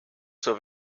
zur